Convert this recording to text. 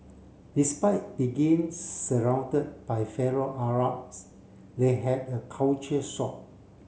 despite begin surrounded by fellow Arabs we had a culture shock